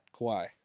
Kawhi